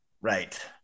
Right